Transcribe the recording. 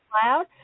cloud